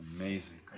Amazing